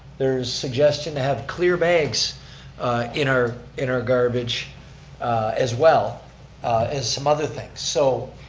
they're suggesting to have clear bags in our in our garbage as well as some other things. so,